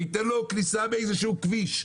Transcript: ויתן לו כניסה לאיזה שהוא כביש,